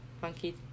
funky